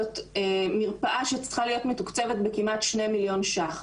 זאת מרפאה שצריכה להיות מתוקצבת בכמעט 2 מיליון ש"ח.